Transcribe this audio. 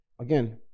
again